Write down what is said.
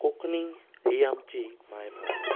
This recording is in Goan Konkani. कोंकणी ही आमची मायभास